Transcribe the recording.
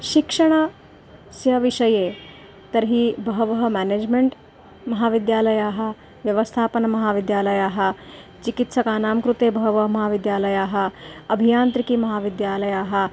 शिक्षणस्य विषये तर्हि बहवः मेनेज्मेण्ट् महाविद्यालयाः व्यवस्थापनमहाविद्यालयाः चिकित्सकानां कृते बहवः महाविद्यालयाः अभियान्त्रिकिमहाविद्यालयाः